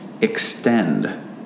extend